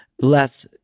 less